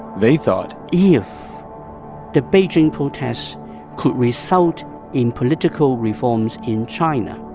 they thought. yeah if the beijing protests could result in political reforms in china,